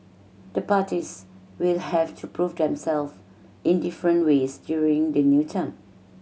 the parties will have to prove themself in different ways during the new term